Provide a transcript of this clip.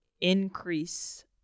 increase